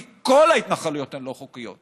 כי כל ההתנחלויות לא חוקיות,